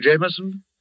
Jameson